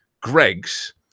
Greg's